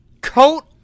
Coat